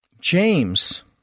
James